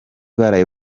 baraye